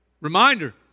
Reminder